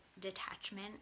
detachment